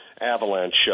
avalanche